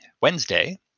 Wednesday